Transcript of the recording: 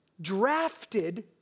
drafted